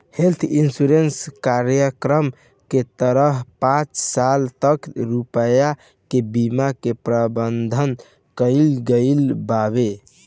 health insurance कार्यक्रम के तहत पांच लाख तक रुपिया के बीमा के प्रावधान कईल गईल बावे